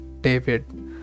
David